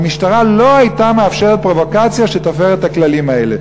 המשטרה לא הייתה מאפשרת פרובוקציה שתפר את הכללים האלה.